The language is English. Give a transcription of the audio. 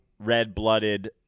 red-blooded